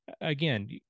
again